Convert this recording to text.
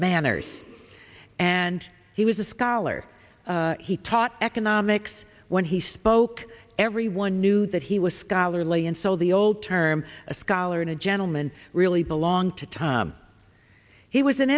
manners and he was a scholar he taught economics when he spoke everyone knew that he was scholarly and so the old term a scholar and a gentleman really belonged to tom he was an